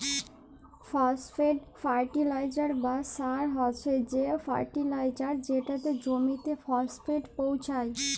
phosphate fertiliser বা সার হছে সে ফার্টিলাইজার যেটতে জমিতে ফসফেট পোঁছায়